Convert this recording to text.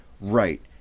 right